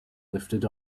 lifted